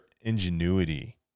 ingenuity